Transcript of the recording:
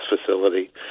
facility